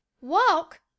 walk